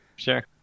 Sure